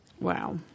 Wow